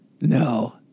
No